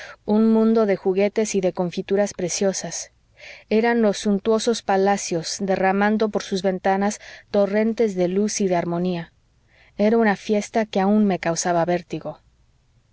un mundo de juguetes y de confituras preciosas eran los suntuosos palacios derramando por sus ventanas torrentes de luz y de armonía era una fiesta que aun me causaba vértigo